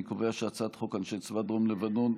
אני קובע שהצעת חוק אנשי צבא דרום לבנון,